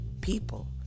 people